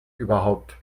überhaupt